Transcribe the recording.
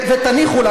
ותניחו לנו.